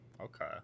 okay